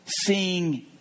seeing